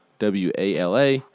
WALA